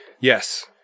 Yes